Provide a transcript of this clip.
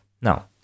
Now